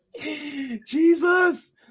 Jesus